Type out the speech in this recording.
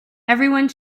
everyone